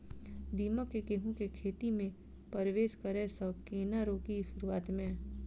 दीमक केँ गेंहूँ केँ खेती मे परवेश करै सँ केना रोकि शुरुआत में?